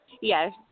Yes